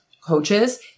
coaches